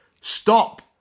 stop